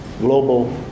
global